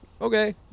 okay